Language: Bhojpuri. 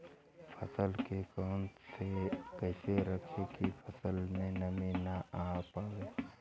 फसल के कैसे रखे की फसल में नमी ना आवा पाव?